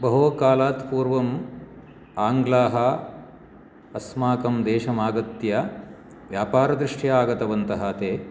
बहोः कालात् पूर्वम् आङ्ग्लाः अस्माकं देशम् आगत्य व्यापारदृष्ट्या आगतवन्तः ते